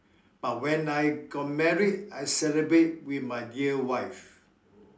but when I got married I celebrate with my dear wife